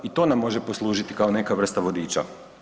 I to nam može poslužiti kao neka vrsta vodiča.